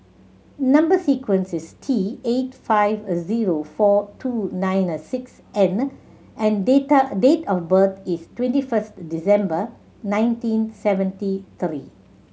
number sequence is T eight five a zero four two nine and six N and data date of birth is twenty first December nineteen seventy three